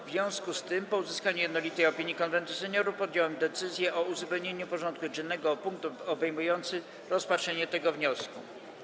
W związku z tym, po uzyskaniu jednolitej opinii Konwentu Seniorów, podjąłem decyzję o uzupełnieniu porządku dziennego o punkt obejmujący rozpatrzenie tego wniosku.